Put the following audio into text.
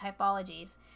typologies